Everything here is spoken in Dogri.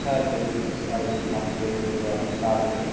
साढ़े डोगरी च लोक आक्खदे तर्ज